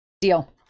Deal